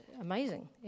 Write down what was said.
amazing